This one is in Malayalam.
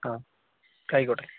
ആ ആയിക്കോട്ടെ